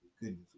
Goodness